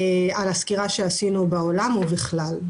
על הסקירה שעשינו בעולם ובכלל.